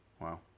Wow